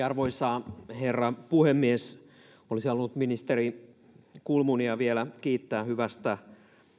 arvoisa herra puhemies olisin halunnut ministeri kulmunia vielä kiittää hyvästä